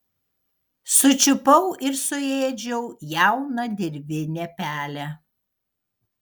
sučiupau ir suėdžiau jauną dirvinę pelę